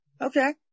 okay